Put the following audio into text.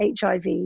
HIV